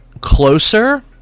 closer